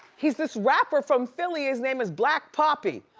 he's this rapper from philly, his name is blac papi,